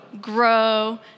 grow